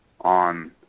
on